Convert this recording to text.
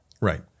Right